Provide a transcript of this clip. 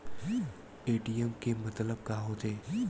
ATM के मतलब का होथे?